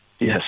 yes